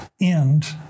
end